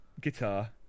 guitar